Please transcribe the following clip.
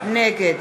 נגד